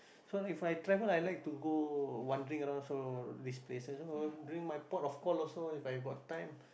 so if I travel I like to go wandering around so these places oh during my port of call also if I got time